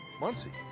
Muncie